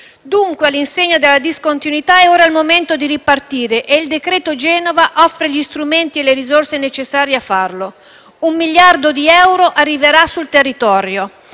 Novembre 2018 della discontinuità è ora il momento di ripartire e il decreto Genova offre gli strumenti e le risorse necessarie a farlo. Un miliardo di euro arriverà sul territorio.